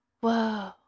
whoa